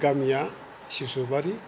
गामिया सिसुबारि